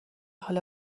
حال